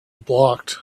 blocked